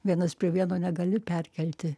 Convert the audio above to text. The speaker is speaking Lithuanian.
vienas prie vieno negali perkelti